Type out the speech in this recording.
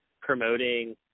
promoting